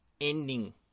ending